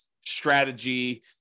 strategy